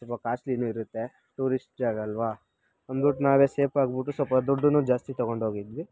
ಸ್ವಲ್ಪ ಕಾಸ್ಟ್ಲಿನು ಇರುತ್ತೆ ಟೂರಿಸ್ಟ್ ಜಾಗ ಅಲ್ವಾ ಅನ್ಬಿಟ್ಟು ನಾವೇ ಸೇಫ್ ಆಗ್ಬಿಟ್ಟು ಸ್ವಲ್ಪ ದುಡ್ಡೂ ಜಾಸ್ತಿ ತೊಗೊಂಡು ಹೋಗಿದ್ವಿ